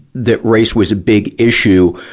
that race was a big issue,